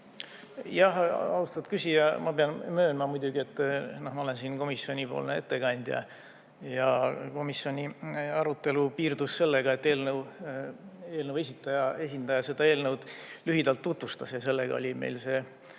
Austatud küsija! Ma pean möönma, et ma olen siin komisjonipoolne ettekandja ja komisjoni arutelu piirdus sellega, et eelnõu esindaja seda eelnõu lühidalt tutvustas ja sellega meil see